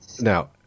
Now